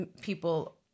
People